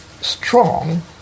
strong